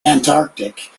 antarctic